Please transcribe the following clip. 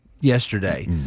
yesterday